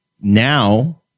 Now